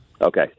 Okay